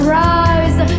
rise